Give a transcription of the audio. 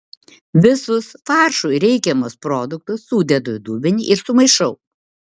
visus faršui reikiamus produktus sudedu į dubenį ir sumaišau